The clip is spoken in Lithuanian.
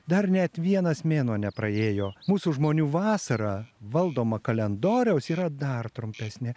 dar net vienas mėnuo nepraėjo mūsų žmonių vasarą valdomą kalendoriaus yra dar trumpesnė